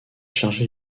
chargé